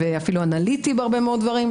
ואפילו אנליטי בהרבה מאוד דברים.